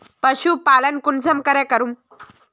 पशुपालन कुंसम करूम?